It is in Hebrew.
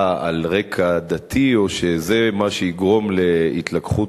על רקע דתי או שזה מה שיגרום להתלקחות,